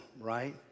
right